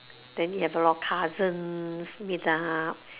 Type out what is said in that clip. then you have a lot of cousins meet up